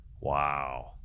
Wow